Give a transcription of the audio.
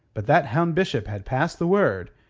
but that hound bishop had passed the word,